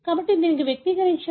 కాబట్టి దీనిని వ్యక్తిగతీకరించిన